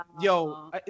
yo